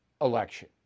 election